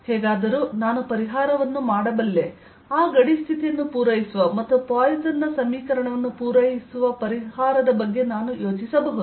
ಹೇಗಾದರೂ ನಾನು ಪರಿಹಾರವನ್ನು ಮಾಡಬಲ್ಲೆ ಆ ಗಡಿ ಸ್ಥಿತಿಯನ್ನು ಪೂರೈಸುವ ಮತ್ತು ಪಾಯ್ಸನ್ ನ ಸಮೀಕರಣವನ್ನು ಪೂರೈಸುವ ಪರಿಹಾರದ ಬಗ್ಗೆ ನಾನು ಯೋಚಿಸಬಹುದು